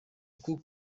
kuko